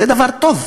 זה דבר טוב,